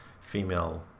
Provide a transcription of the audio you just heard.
female